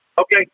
Okay